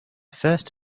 first